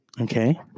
okay